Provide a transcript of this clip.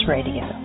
Radio